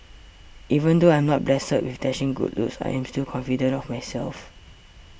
even though I'm not blessed with dashing good looks I am still confident of myself